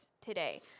today